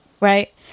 right